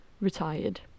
retired